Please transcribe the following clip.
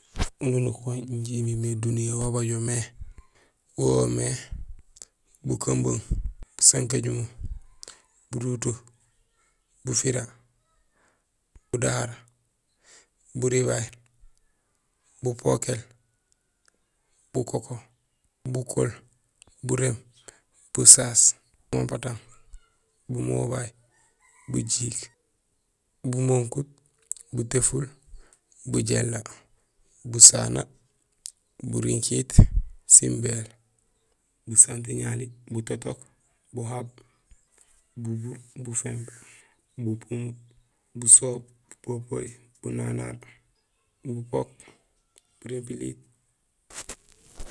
Ununuk wan injé imimé duniya; wa bajo mé wo woomé: bukumbung, busankajumo, buruto, bufira, budahar, buribay, bupokél, bukoko, bukool. buréém, busaas, bumampatang, bumobay, bujéék, bumunkut, butaful, bujéélé, busana, buringkiit sin béél, busantiŋali butotok, buhab, bubuur, buféémb bupumb, busoob, bupepeey, bunanar, bupok, burimpiliit.